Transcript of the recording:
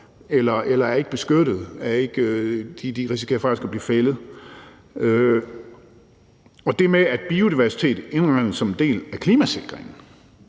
De er ikke beskyttet, men risikerer faktisk at blive fældet. Og der er det med, at biodiversitet indgår som en del af klimasikring;